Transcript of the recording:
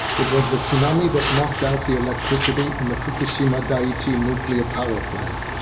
it was the tsunami that knocked out the electricity in the fukushima daiichi nuclear power plant,